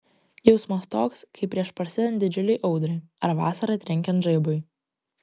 jausmas toks kaip prieš prasidedant didžiulei audrai ar vasarą trenkiant žaibui